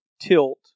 tilt